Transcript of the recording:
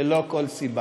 ללא כל סיבה.